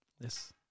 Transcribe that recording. Yes